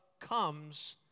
comes